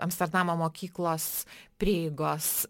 amsterdamo mokyklos prieigos